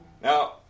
Now